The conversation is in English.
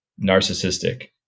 narcissistic